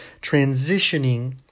transitioning